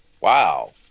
Wow